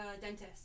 dentist